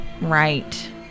right